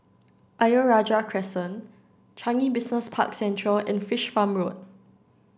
Ayer Rajah Crescent Changi Business Park Central and Fish Farm Road